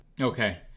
okay